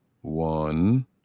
one